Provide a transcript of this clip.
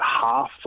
half